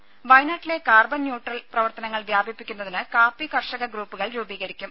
രുമ വയനാട്ടിലെ carbon neutral പ്രവർത്തനങ്ങൾ വ്യാപിപ്പിക്കുന്നതിന് കാപ്പി കർഷക ഗ്രൂപ്പുകൾ രൂപീകരിക്കും